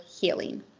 healing